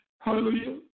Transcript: Hallelujah